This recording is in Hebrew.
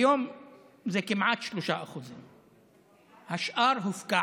כיום זה כמעט 3%. השאר הופקע,